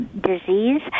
disease